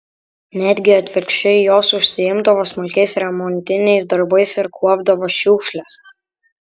netgi atvirkščiai jos užsiimdavo smulkiais remontiniais darbais ir kuopdavo šiukšles